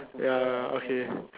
ya okay